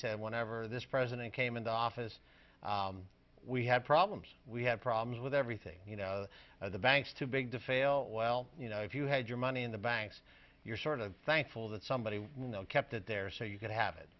said whenever this president came into office we have problems we have problems with everything you know the banks too big to fail well you know if you had your money in the banks you're sort of thankful that somebody in the kept it there so you could have it